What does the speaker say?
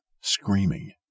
screaming